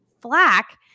flack